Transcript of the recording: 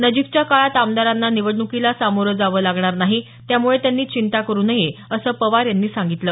नजीकच्या काळात आमदारांना निवडणुकीला सामोरं जावं लागणार नाही त्यामुळे त्यांनी चिंता करु नये असं पवार यांनी सांगितलं